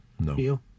No